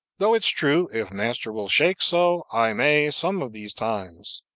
though it's true, if master will shake so, i may some of these times.